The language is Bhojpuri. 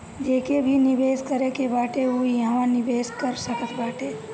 जेके भी निवेश करे के बाटे उ इहवा निवेश कर सकत बाटे